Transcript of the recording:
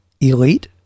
elite